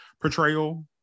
portrayal